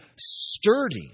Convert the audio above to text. sturdy